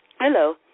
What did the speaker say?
Hello